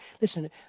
Listen